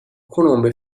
conobbe